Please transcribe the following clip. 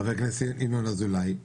חבר הכנסת ינון אזולאי.